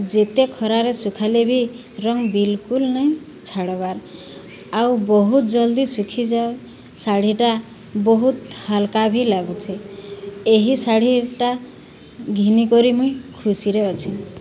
ଯେତେ ଖରାରେ ଶୁଖାଇଲେ ବି ରଙ୍ଗ୍ ବିଲକୁଲ୍ ନାଇଁ ଛାଡ଼୍ବାର୍ ଆଉ ବହୁତ୍ ଜଲ୍ଦି ଶୁଖିଯାଏ ଶାଢ଼ୀଟା ବହୁତ୍ ହାଲ୍କା ବି ଲାଗୁଛେ ଏହି ଶାଢ଼ୀଟା ଘିନିକରି ମୁଁଇ ଖୁସିରେ ଅଛେଁ